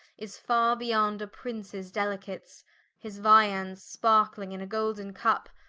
is farre beyond a princes delicates his viands sparkling in a golden cup,